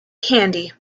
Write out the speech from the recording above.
candy